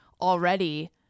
already